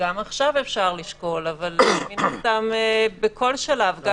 גם עכשיו אפשר לשקול אבל מן הסתם, בכל שלב.